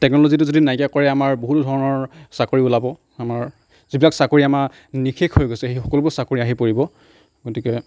টেকন'লজিটো যদি নাইকীয়া কৰে আমাৰ বহুতো ধৰণৰ চাকৰি ওলাব আমাৰ যিবিলাক চাকৰি আমাৰ নিঃশেষ হৈ গৈছে সেই সকলোবোৰ চাকৰি আহি পৰিব গতিকে